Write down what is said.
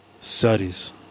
studies